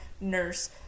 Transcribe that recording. nurse